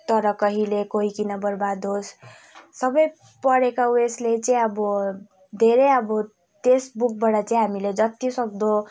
तर कहिले कोही किन बर्बाद होस् सबै पढेका उयेसले चाहिँ अब धेरै अब टेक्स्टबुकबाट चाहिँ हामीले जतिसक्दो